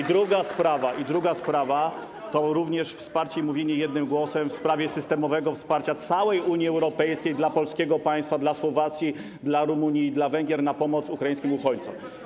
I druga sprawa to również wsparcie, mówienie jednym głosem w sprawie systemowego wsparcia całej Unii Europejskiej dla polskiego państwa, dla Słowacji, dla Rumunii i dla Węgier, by pomóc ukraińskim uchodźcom.